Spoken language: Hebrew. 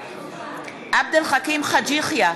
בעד עבד אל חכים חאג' יחיא,